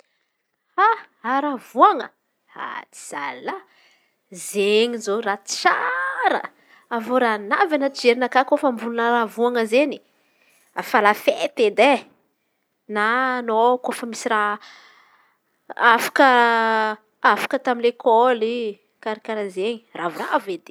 Haravoan̈a zalahy izen̈y zô raha tsara avy eo raha navy anaty jerinakà koa kôfa mivolan̈a haravoan̈a izen̈y efa lafety edy e. Na anaô kôfa misy raha afaka afaka tamy lekôly karà karàha izen̈y ravoravo edy e.